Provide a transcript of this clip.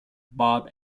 bob